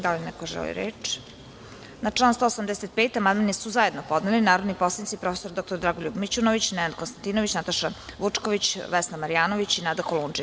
Da li neko želi reč? (Ne.) Na član 185. amandman su zajedno podneli narodni poslanici prof. dr Dragoljub Mićunović, Nenad Konstantinović, Nataša Vučković, Vesna Marjanović i Nada Kolundžija.